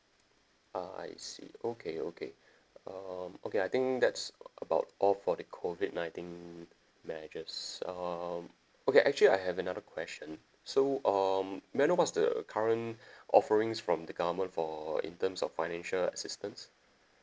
ah I see okay okay um okay I think that's about all for the COVID nineteen measures um okay actually I have another question so um may I know what's the current offerings from the government for in terms of financial assistance